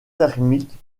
thermique